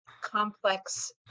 complex